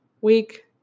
week